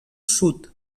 sud